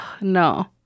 no